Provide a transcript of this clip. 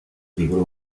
figura